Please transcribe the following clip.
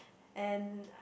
and